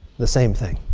the same thing.